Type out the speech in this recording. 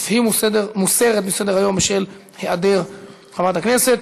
אף היא מוסרת מסדר היום בשל היעדר חברת הכנסת.